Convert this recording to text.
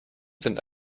sind